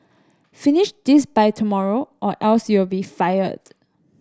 finish this by tomorrow or else you'll be fired